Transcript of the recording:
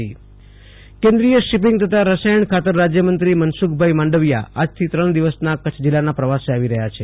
આશુતોષ અંતાણી કેન્દ્રિયમંત્રીઃ કચ્છ મુલાકાત કેન્દ્રિય શિપીંગ તથા રસાયણ ખાતર રાજ્યમંત્રી મનસુખભાઈ માંડવીયા આજથી ત્રણ દિવસના કચ્છ જિલ્લાના પ્રવાસે આવી રહ્યા છે